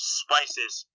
spices